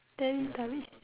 teletubbies